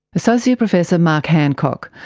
associate professor mark hancock,